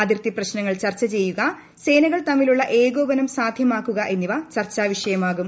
അതിർത്തി പ്രശ്നങ്ങൾ ചർച്ച ചെയ്യുക അതിർത്തി രക്ഷാസേന കൾ തമ്മിലുള്ള ഏകോപനം സാധ്യമാക്കുക എന്നിവ ചർച്ചാവിഷയമാകും